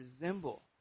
resemble